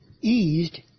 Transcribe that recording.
eased